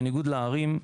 בניגוד לערים,